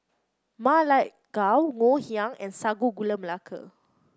Ma Lai Gao Ngoh Hiang and Sago Gula Melaka